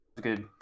good